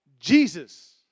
Jesus